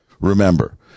Remember